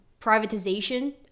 privatization